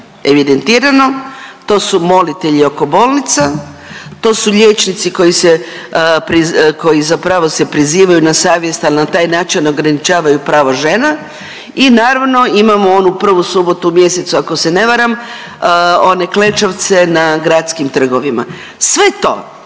evidentirano to su molitelji oko bolnica, to su liječnici koji se, koji zapravo se prizivaju na savjest, ali na taj način ograničavaju pravo žena. I naravno imamo onu prvu subotu u mjesecu ako se ne varam, one klečavce na gradskim trgovima. Sve to